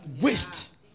waste